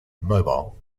mobile